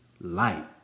light